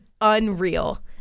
unreal